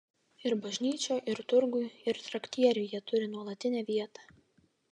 ir bažnyčioj ir turguj ir traktieriuj jie turi nuolatinę vietą